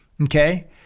Okay